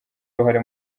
uruhare